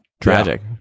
Tragic